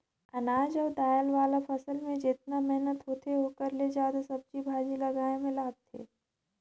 अनाज अउ दायल वाला फसल मे जेतना मेहनत होथे ओखर ले जादा सब्जी भाजी लगाए मे लागथे